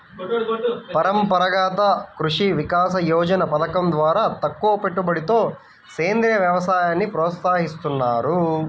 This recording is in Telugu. పరంపరాగత కృషి వికాస యోజన పథకం ద్వారా తక్కువపెట్టుబడితో సేంద్రీయ వ్యవసాయాన్ని ప్రోత్సహిస్తున్నారు